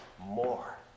more